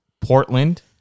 Portland